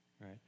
right